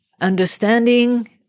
Understanding